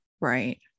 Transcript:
Right